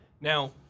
Now